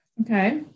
Okay